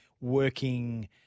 working